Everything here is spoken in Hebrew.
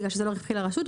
בגלל שזה לא רווחי לרשות.